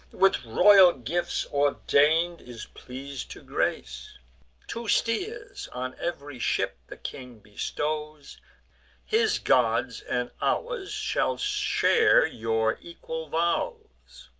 with royal gifts ordain'd, is pleas'd to grace two steers on ev'ry ship the king bestows his gods and ours shall share your equal vows.